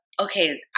okay